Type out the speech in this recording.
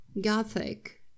Gothic